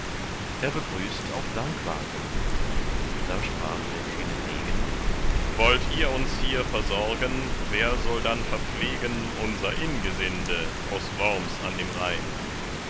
er begrüßt auch dankwarten da sprach der kühne degen wollt ihr uns hier versorgen wer soll dann verpflegen unser ingesinde aus worms an dem rhein